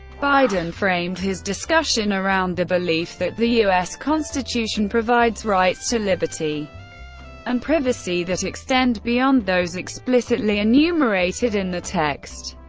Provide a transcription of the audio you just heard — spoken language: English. biden framed his discussion around the belief that the u s. constitution provides rights to liberty and privacy that extend beyond those explicitly enumerated in the text,